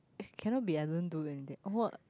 cannot be I don't do anything what